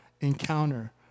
encounter